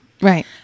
Right